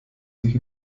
sich